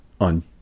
on